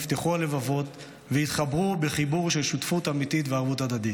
נפתחו הלבבות והתחברו בחיבור של שותפות אמיתית וערבות הדדית.